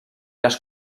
les